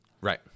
Right